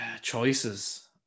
choices